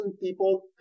people